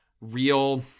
real